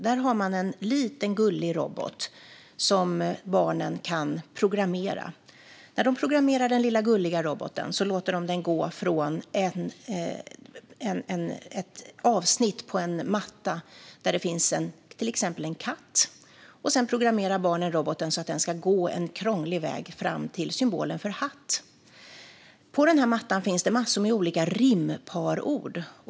Där har man en liten gullig robot som barnen kan programmera. När de programmerar den lilla gulliga roboten låter de den gå från ett avsnitt på en matta där det finns till exempel en katt, och sedan programmerar barnen roboten så att den ska gå en krånglig väg fram till symbolen för hatt. På mattan finns en massa olika rimparord.